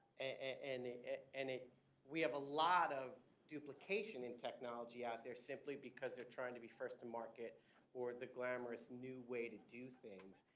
and we have a lot of duplication in technology out there simply because they're trying to be first in market or the glamorous new way to do things.